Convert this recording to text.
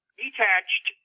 detached